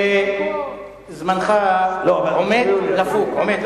זמנך עומד לפוג, עומד.